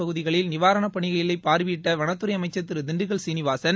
பகுதிகளில் நிவாரணப் பணிகளை பார்வையிட்ட வளத்துறை அமைச்சா் திரு திண்டுக்கல் சீனிவாசன்